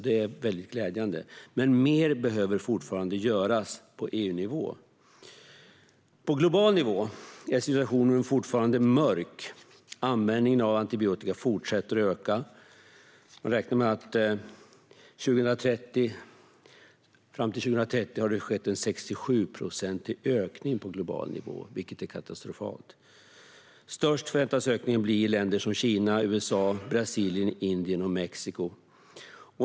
Det är väldigt glädjande, men mer behöver fortfarande göras på EU-nivå. På global nivå är situationen fortfarande mörk. Användningen av antibiotika fortsätter att öka. Man räknar med att det fram till år 2030 har skett en 67-procentig ökning på global nivå, vilket är katastrofalt. Störst väntas ökningen bli i länder som Kina, USA, Brasilien, Indien och Mexiko.